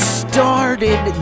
started